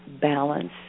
balance